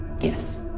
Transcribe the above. Yes